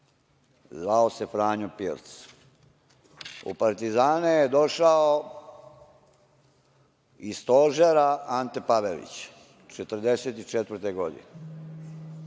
zvao se Franjo Pirc. U partizane je došao iz stožera Ante Pavelić 1944. godine.